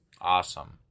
Awesome